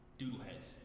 doodleheads